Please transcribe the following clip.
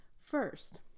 First